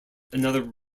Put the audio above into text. another